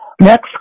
Next